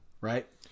Right